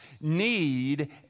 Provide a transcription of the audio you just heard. need